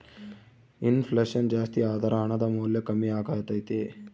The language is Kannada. ಇನ್ ಫ್ಲೆಷನ್ ಜಾಸ್ತಿಯಾದರ ಹಣದ ಮೌಲ್ಯ ಕಮ್ಮಿಯಾಗತೈತೆ